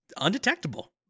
Undetectable